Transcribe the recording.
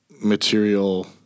material